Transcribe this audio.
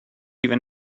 even